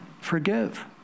forgive